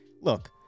Look